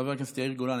חבר הכנסת יאיר גולן,